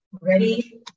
Ready